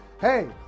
hey